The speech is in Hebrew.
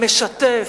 המשתף,